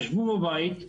ישבו בבית,